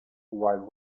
while